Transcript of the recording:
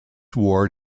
ward